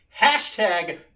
hashtag